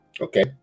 okay